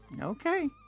Okay